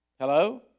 Hello